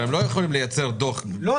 אבל הם לא יכולים לייצר דוח --- לא,